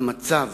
המצב